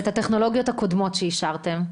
ואת הטכנולוגיות הקודמות שאישרתם?